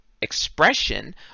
expression